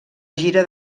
gira